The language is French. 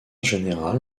général